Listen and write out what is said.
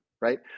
right